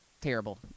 Terrible